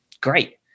great